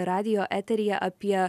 radijo eteryje apie